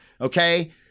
Okay